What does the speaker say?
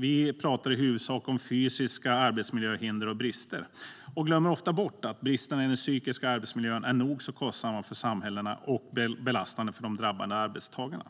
Vi pratar i huvudsak om fysiska arbetsmiljöhinder och brister och glömmer ofta bort att bristerna i den psykiska arbetsmiljön är nog så kostsamma för samhället och belastande för de drabbade arbetstagarna.